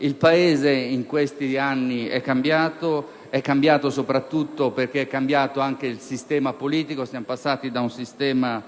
Il Paese in questi anni è cambiato, soprattutto perché è cambiato il sistema politico: siamo passati da un sistema